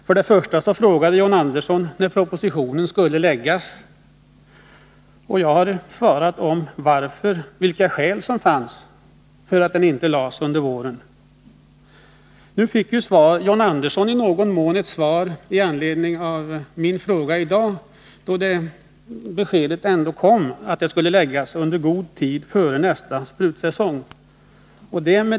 Först och främst så frågade John Andersson när propositionen skulle läggas fram. Jag har frågat vilka skälen var till att den inte lades fram under våren. Nu fick John Andersson i någon mån ett svar med anledning av min fråga i dag, då beskedet kom att propositionen bör läggas fram i god tid före nästa sprutsäsong.